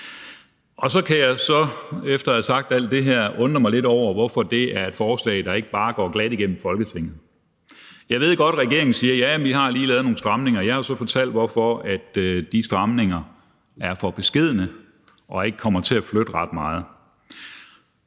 Så kan jeg efter at have sagt alt det her undre mig lidt over, hvorfor det er et forslag, der ikke bare går glat igennem Folketinget. Jeg ved godt, at regeringen siger: Jamen vi har lige lavet nogle stramninger. Jeg har så fortalt, hvorfor de stramninger er for beskedne og ikke kommer til at flytte ret meget.